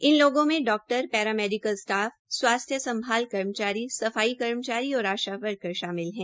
इन लोगों लोगों में डाक्टर पैरामेडिकल स्टाफ स्वास्थ्य संभाल कर्मचारी सफाई कर्मचारी और आशा वर्कर शामिल है